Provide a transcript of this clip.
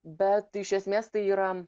bet iš esmės tai yra